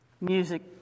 music